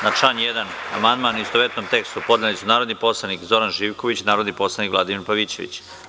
Na član 1. amandman, u istovetnom tekstu, podneli su narodni poslanik Zoran Živković, narodni poslanik Vladimir Pavićević.